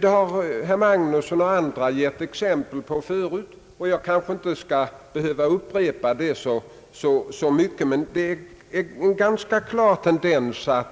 Det har herr Magnusson och även andra talare gett exempel på förut, varför jag inte behöver upprepa det. Tendensen